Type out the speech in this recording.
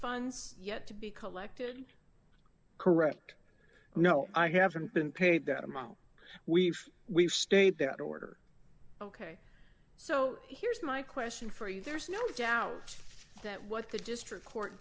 funds yet to be collected correct you know i haven't been paid that amount we've we've stayed that order ok so here's my question for you there's no doubt that what the district court